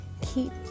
keep